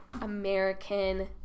American